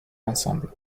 ensemble